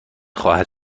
خواهد